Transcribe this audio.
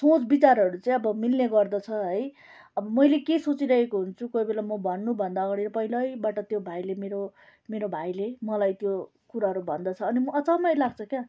सोच विचारहरू चाहिँ अब मिल्ने गर्दछ है अब मैले के सोचिरहेको हुन्छु कोही बेला म भन्नुभन्दा अगाडि पहिल्यैबाट त्यो भाइले मेरो मेरो भाइले मलाई त्यो कुराहरू भन्दछ अनि म अचम्मै लाग्छ क्या